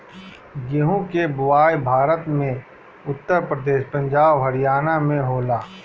गेंहू के बोआई भारत में उत्तर प्रदेश, पंजाब, हरियाणा में होला